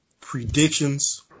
predictions